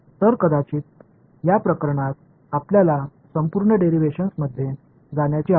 எனவே இந்த விஷயத்தில் நாம் முழு டெரிவேஸன் வழியாக செல்ல தேவையில்லை